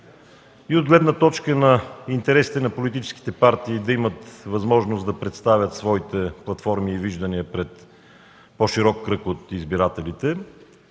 и от гледна точка на интересите на политическите партии да имат възможност да представят своите платформи и виждания пред по-широк кръг от избирателите,